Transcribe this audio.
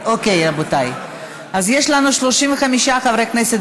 חבר הכנסת